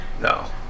No